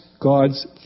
God's